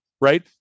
right